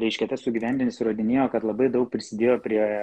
reiškia tas sugyventinis įrodinėjo kad labai daug prisidėjo prie